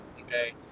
okay